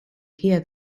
hear